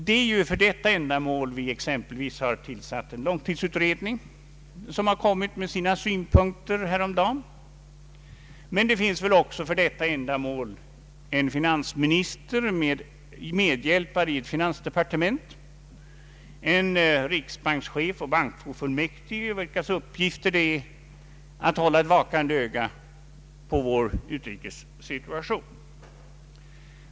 Det är för detta ändamål vi exempelvis har tillsatt en långtidsutredning, vilken för övrigt fick sina synpunkter framförda häromdagen. Men det finns väl också för detta ändamål en finansminister med medhjälpare i ett finansdepartement, en riksbankschef och bankofullmäktige, vilkas uppgift är att hålla ett vakande öga på vår ekonomiska utrikessituation.